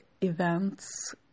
events